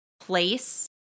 place